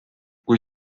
kui